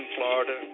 Florida